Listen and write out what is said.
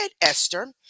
Esther